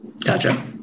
Gotcha